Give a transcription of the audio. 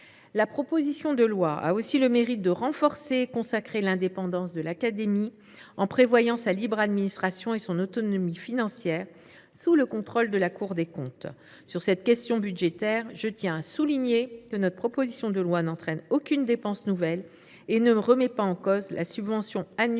proposition de loi a aussi le mérite de renforcer et de consacrer l’indépendance de l’Académie, en prévoyant sa libre administration et son autonomie financière sous le contrôle de la Cour des comptes. Sur cette question budgétaire, je tiens à souligner que ce texte n’entraîne aucune dépense nouvelle et ne remet pas en cause la subvention annuelle